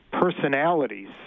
personalities